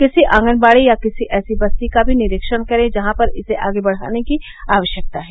किसी आंगनबाढ़ी या किसी ऐसी बस्ती का भी निरीक्षण करें जहां पर इसे आगे बढ़ाने की आवश्यकता है